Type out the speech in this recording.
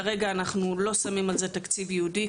כרגע אנחנו לא שמים על זה תקציב ייעודי,